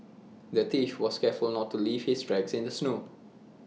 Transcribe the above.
the thief was careful not to leave his tracks in the snow